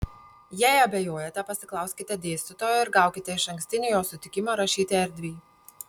jei abejojate pasiklauskite dėstytojo ir gaukite išankstinį jo sutikimą rašyti erdviai